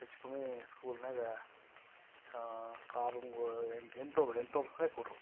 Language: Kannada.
ಹೆಚ್ಚು ಕಮ್ಮಿ ಸ್ಕೂಲಿನ್ಯಾಗೆ ಆರುನೂರು ಎಂಟು ಎಂಟುನೂರು ಎಂಟುನೂರು ಜನ ಹುಡುಗ್ರು